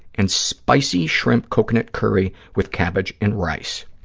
and spicy shrimp coconut curry with cabbage and rice.